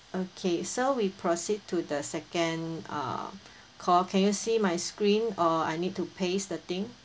okay so we proceed to the second uh call can you see my screen or I need to paste the thing